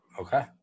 Okay